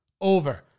Over